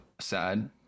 sad